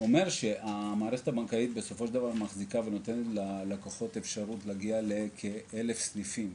בסופו של דבר המערכת הבנקאית נותנת ללקוח אפשרות להגיע לכאלף סניפים.